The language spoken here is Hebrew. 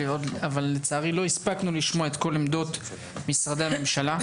לצערי לא הספקנו לשמוע את כל עמדות משרדי הממשלה.